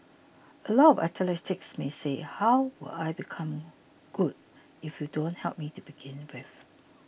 a lot of athletes may say how will I become good if you don't help me to begin with